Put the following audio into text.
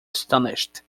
astonished